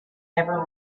never